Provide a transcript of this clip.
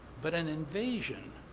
but an invasion,